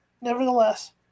nevertheless